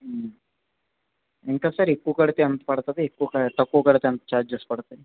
ఇంకా సార్ ఎక్కువ కడితే ఎంత పడుతుంది ఎక్కు తక్కువ కడితే ఎంత చార్జెస్ పడుతాయి